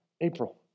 April